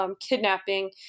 kidnapping